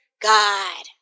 God